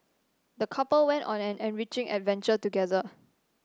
the couple went on an enriching adventure together